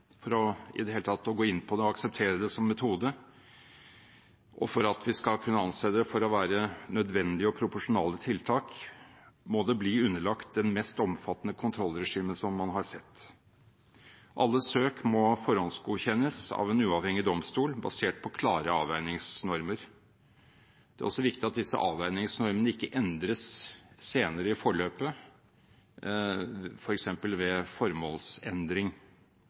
for i det hele tatt å gå inn på det og akseptere det som metode, og for at vi skal kunne anse det for å være nødvendige og proporsjonale tiltak, måtte bli underlagt det mest omfattende kontrollregimet som man har sett. Alle søk må forhåndsgodkjennes av en uavhengig domstol, basert på klare avveiningsnormer. Det er også viktig at disse avveiningsnormene ikke endres senere i forløpet, f.eks. ved formålsendring,